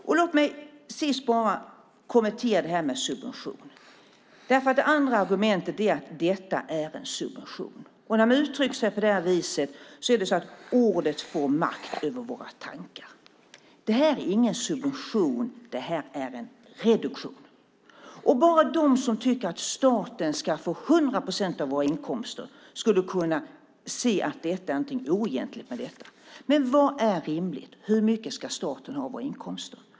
Låt mig till sist bara kommentera det här med subvention, därför att det andra argumentet är att detta är en subvention. När man uttrycker sig på det viset får ordet makt över våra tankar. Det här är ingen subvention, det är en reduktion. Bara de som tycker att staten ska få 100 procent av våra inkomster skulle kunna se att det är något oegentligt med detta. Men vad är rimligt? Hur mycket ska staten ha av våra inkomster?